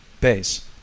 base